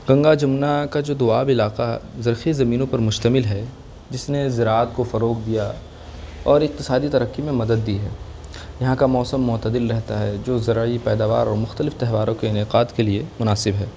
گنگا جمنا کا جو دو آب علاقہ زرخیز زمینوں پر پر مشتمل ہے جس نے زراعت کو فروغ دیا اور اقتصادی ترقی میں مدد دی ہے یہاں کا موسم معتدل رہتا ہے جو زرعی پیداوار اور مختلف تہواروں کے انعقاد کے لیے مناسب ہے